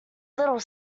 little